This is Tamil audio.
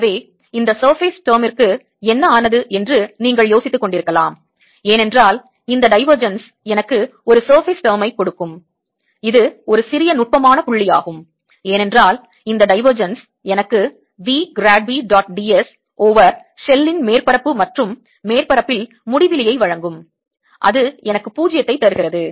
எனவே இந்த surface term ற்கு என்ன ஆனது என்று நீங்கள் யோசித்துக்கொண்டிருக்கலாம் ஏனென்றால் இந்த divergence எனக்கு ஒரு surface term ஐக் கொடுக்கும் இது ஒரு சிறிய நுட்பமான புள்ளியாகும் ஏனென்றால் இந்த divergence எனக்கு V grad V dot ds over ஷெல்லின் மேற்பரப்பு மற்றும் மேற்பரப்பில் முடிவிலி ஐ வழங்கும் அது எனக்கு 0 ஐ தருகிறது